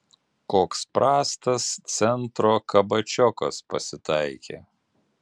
koks prastas centro kabačiokas pasitaikė